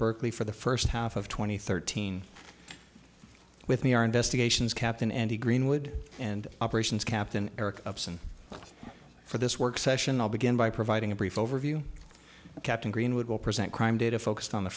berkeley for the first half of two thousand and thirteen with me our investigations captain andy greenwood and operations captain eric upson for this work session i'll begin by providing a brief overview of captain greenwood will present crime data focused on the